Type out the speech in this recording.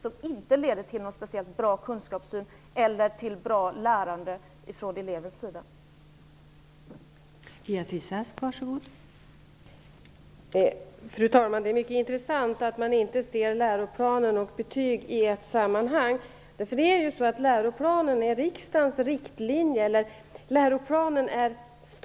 De leder inte till någon speciellt bra kunskapssyn eller till ett lärande som är bra från elevens sida sett.